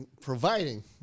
providing